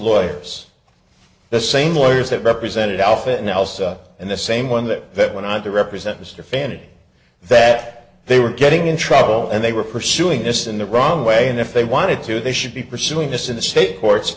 lawyers the same lawyers that represented alpha else and the same one that went on to represent mr fannie that they were getting in trouble and they were pursuing this in the wrong way and if they wanted to they should be pursuing this in the state courts